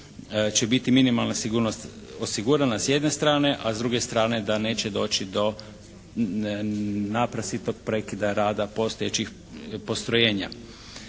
će biti minimalna sigurnost osigurana s jedne strane, a s druge strane da neće doći do naprasitog prekida rada postojećih postrojenja.